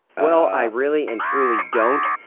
well, i really and truly don't,